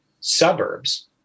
suburbs